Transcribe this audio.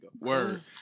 Word